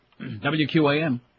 WQAM